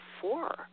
four